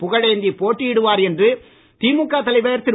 புகழேந்தி போட்டியிடுவார் என்று திமுக தலைவர் திரு